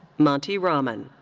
monty rahman.